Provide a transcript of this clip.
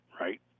right